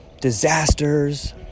disasters